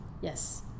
Yes